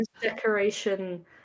decoration